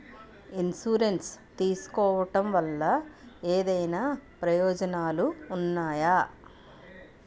Insurance తీసుకోవటం వల్ల ఏమైనా ప్రయోజనాలు ఉన్నాయా?